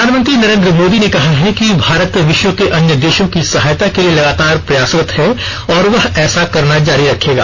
प्रधानमंत्री नरेंद्र मोदी ने कहा है कि भारत विश्व के अन्य देशों की सहायता के लिए लगातार प्रयासरत है और वह ऐसा करना जारी रखेगा